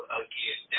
again